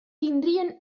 tindrien